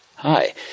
Hi